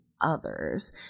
others